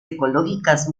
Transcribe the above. ecológicas